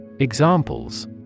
Examples